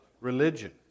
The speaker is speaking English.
religion